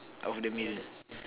of the meal